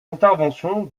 intervention